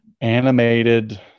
animated